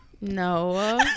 No